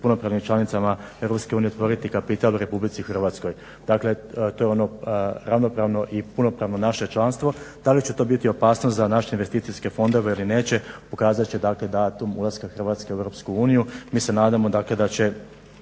punopravnim članicama EU otvoriti kapital u RH. dakle to je ono ravnopravno i punopravno naše članstvo. Da li će to biti opasnost za naše investicijske fondove ili neće, pokazat će datum ulaska Hrvatske u EU. Mi se nadamo da će